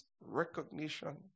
recognition